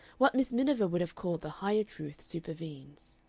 what miss miniver would have called the higher truth supervenes.